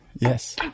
Yes